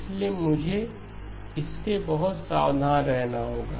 इसलिए मुझे इससे बहुत सावधान रहना होगा